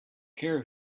care